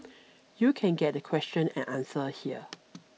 you can get the question and answer here